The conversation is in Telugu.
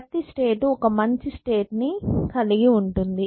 ప్రతి స్టేట్ ఒక మంచి స్టేట్ ని కలిగి ఉంటుంది